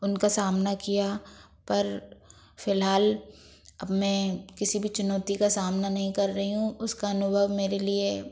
उनका सामना किया पर फिलहाल अब मैं किसी भी चुनौती का सामना नहीं कर रही हूँ उसका अनुभव मेरे लिए